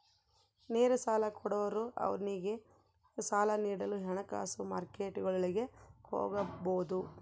ನೇರ ಸಾಲ ಕೊಡೋರು ಅವ್ನಿಗೆ ಸಾಲ ನೀಡಲು ಹಣಕಾಸು ಮಾರ್ಕೆಟ್ಗುಳಿಗೆ ಹೋಗಬೊದು